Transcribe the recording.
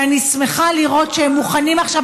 ואני שמחה לראות שהם מוכנים עכשיו,